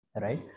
Right